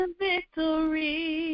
victory